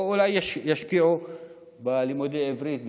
או אולי ישקיעו בלימודי עברית וזהו.